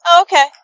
okay